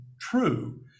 true